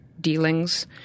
dealings